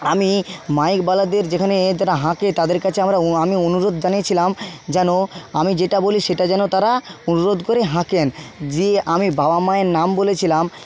আমি মাইকওয়ালাদের যেখানে হাঁকে তাদের কাছে আমরা আমি অ অনুরোধ জানিয়েছিলাম যেন আমি যেটা বলি সেটা যেন তারা অনুরোধ করে হাঁকেন যেয়ে আমি বাবা মায়ের নাম বলেছিলাম